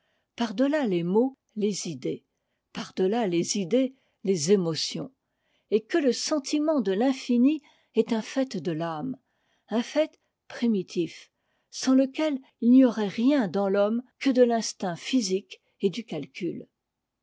par delà les mots les idées par delà les idées les émotions et que le sentiment de l'infini est un fait de l'âme un fait primitif sans lequel il n'y aurait rien dans l'homme que de l'instinct physique et du calcul